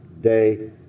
day